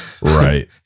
Right